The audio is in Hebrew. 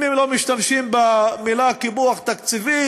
אם הם לא משתמשים במילה "קיפוח תקציבי",